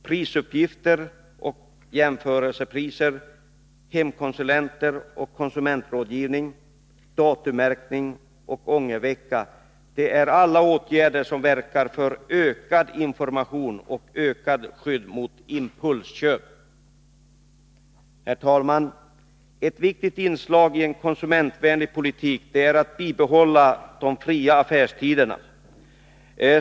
Prisuppgifter och jämförelsepriser, hemkonsulenter och konsumentrådgivning, datummärkning och ångervecka är alltihop åtgärder som verkar för ökad information och ökat skydd mot impulsköp. Herr talman! Ett viktigt inslag i en konsumentvänlig politik är att bibehålla de fria affärstiderna.